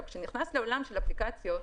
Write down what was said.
כשנכנסים לעולם של אפליקציות,